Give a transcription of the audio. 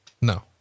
No